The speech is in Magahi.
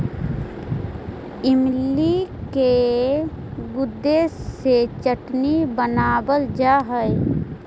इमली के गुदे से चटनी बनावाल जा हई